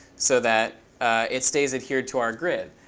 so that it stays adhered to our grid.